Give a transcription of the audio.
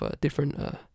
different